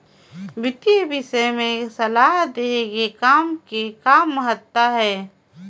वितीय विषय में सलाह देहे के काम के का महत्ता हे?